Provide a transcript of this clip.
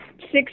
six